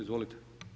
Izvolite.